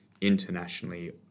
internationally